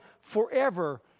forever